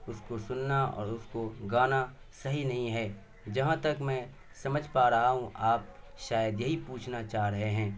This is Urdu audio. اس کو سننا اور اس کو گانا صحیح نہیں ہے جہاں تک میں سمجھ پا رہا ہوں آپ شاید یہی پوچھنا چاہ رہے ہیں